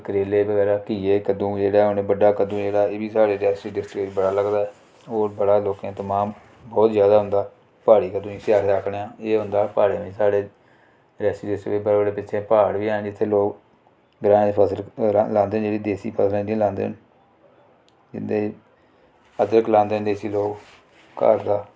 करेले बगैरा घिये कद्दूं जेहड़ा हून बड्डा कद्दूं एह्दा एह् बी साढ़े रियासी डिस्ट्रिक्ट च बड़ा लगदा ऐ होर बड़ा लोकें तमाम बोह्त ज्यादा होंदा प्हाड़ी कद्दूं जिसी अस आखने आं एह् होंदा प्हाड़ें च साढ़े एह् रियासी डिस्ट्रिक्ट च बड़े पिच्छें प्हाड़ बी हैन जित्थें लोक ग्रांए फसलां राह लांदे न जेहड़ी देसी लोक इंदियां लांदे न इं'दे च अदरक लांदे न देसी लोक घर दा